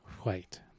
White